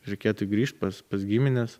reikėtų grįšt pas pas gimines